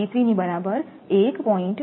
05V3 ની બરાબર 1